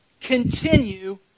continue